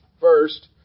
First